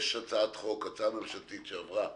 יש הצעת חוק, ממשלתית שעברה